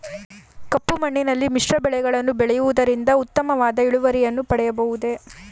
ಕಪ್ಪು ಮಣ್ಣಿನಲ್ಲಿ ಮಿಶ್ರ ಬೆಳೆಗಳನ್ನು ಬೆಳೆಯುವುದರಿಂದ ಉತ್ತಮವಾದ ಇಳುವರಿಯನ್ನು ಪಡೆಯಬಹುದೇ?